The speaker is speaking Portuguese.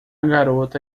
garota